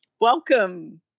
Welcome